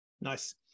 Nice